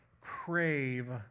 crave